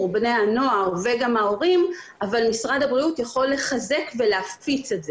בני הנוער ועבור ההורים אבל משרד הבריאות יכול לחזק ולהפיץ את זה.